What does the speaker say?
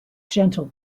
gentle